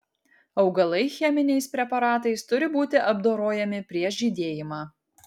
augalai cheminiais preparatais turi būti apdorojami prieš žydėjimą